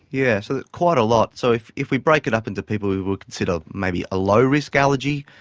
yeah so quite a lot. so if if we break it up into people who we would consider maybe a low risk allergy,